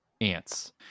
Ants